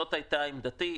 זאת הייתה עמדתי.